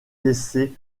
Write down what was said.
laisser